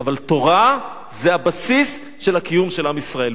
אבל תורה זה הבסיס של הקיום של עם ישראל,